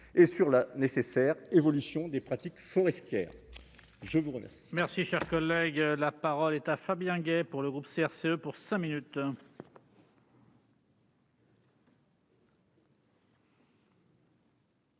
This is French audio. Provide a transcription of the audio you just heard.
et sur la nécessaire évolution des pratiques forestières, je vous remercie.